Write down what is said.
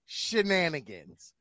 shenanigans